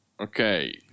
Okay